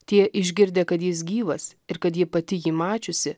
tie išgirdę kad jis gyvas ir kad ji pati jį mačiusi